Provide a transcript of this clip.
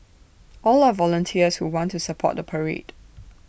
all are volunteers who want to support the parade